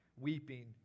weeping